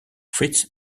fritz